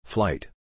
Flight